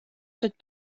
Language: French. cette